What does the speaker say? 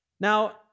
Now